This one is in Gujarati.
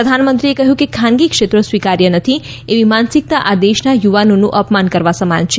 પ્રધાનમંત્રીએ કહ્યું કે ખાનગી ક્ષેત્ર સ્વીકાર્ય નથી એવી માનસિકતા આ દેશના યુવાનોનું અપમાન કરવા સમાન છે